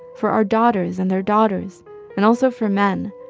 for our daughters and their daughters and also for men.